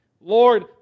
Lord